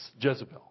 Jezebel